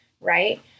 right